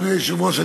אדוני היושב-ראש,